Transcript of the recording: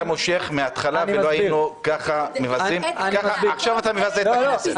היית מושך מהתחלה ולא היינו ככה מבזים עכשיו אתה מבזה את הכנסת.